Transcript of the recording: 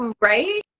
Right